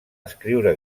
escriure